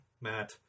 Matt